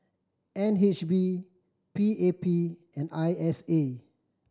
N H B P A P and I S A